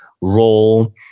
role